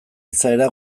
izaera